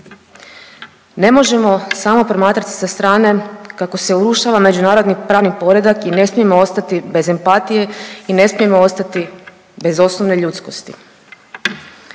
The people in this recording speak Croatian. Ne možemo samo promatrati sa strane kako se urušava međunarodni pravni poredak i ne smijemo ostati bez empatije i ne smijemo ostati bez osnovne ljudskosti.